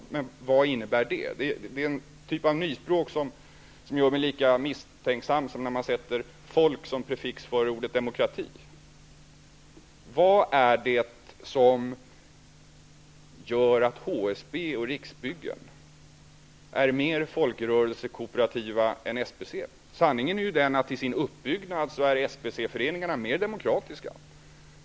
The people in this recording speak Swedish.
Men vad innebär det? Det är en typ av nyspråk som gör mig lika misstänksam som när man sätter ''folk'' som prefix före ordet demokrati. Vad är det som gör att HSB och Riksbyggen är mer folkrörelsekooperativa än SBC? Sanningen är att till sin uppbyggnad är SBC-föreningarna mer demokratiska.